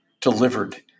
delivered